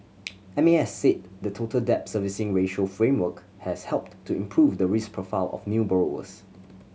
M A S said the Total Debt Servicing Ratio framework has helped to improve the risk profile of new borrowers